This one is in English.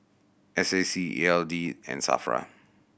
S A C E L D and SAFRA